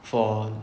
for